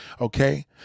okay